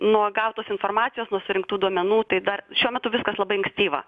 nuo gautos informacijos nuo surinktų duomenų tai dar šiuo metu viskas labai ankstyva